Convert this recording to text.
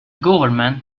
government